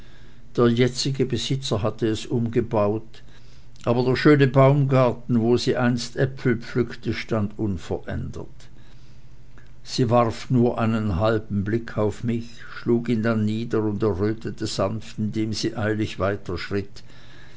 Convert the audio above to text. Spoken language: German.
der jetzige besitzer hatte es umgebaut aber der schöne baumgarten wo sie einst äpfel pflückte stand unverändert sie warf nur einen halben blick auf mich schlug ihn dann nieder und errötete sanft indem sie